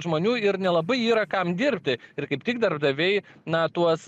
žmonių ir nelabai yra kam dirbti ir kaip tik darbdaviai na tuos